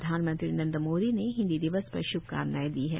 प्रधानमंत्री नरेन्द्र मोदी ने हिन्दी दिवस पर श्भकामनाएं दी हैं